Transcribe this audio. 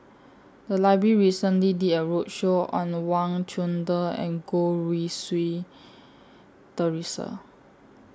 The Library recently did A roadshow on Wang Chunde and Goh Rui Si Theresa